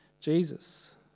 Jesus